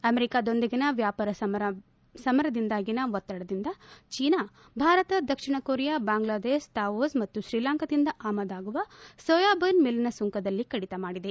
ಅಮೆರಿಕದೊಂದಿಗಿನ ವ್ಯಾಪಾರ ಸಮರದ ಒತ್ತಡದಿಂದ ಚೀನಾ ಭಾರತ ದಕ್ಷಿಣ ಕೊರಿಯಾ ಬಾಂಗ್ಲಾದೇಶ ಲಾವೋಸ್ ಮತ್ತು ಶ್ರೀಲಂಕಾದಿಂದ ಆಮದಾಗುವ ಸೋಯಾಬಿನ್ ಮೇಲಿನ ಸುಂಕದಲ್ಲಿ ಕಡಿತ ಮಾಡಿದೆ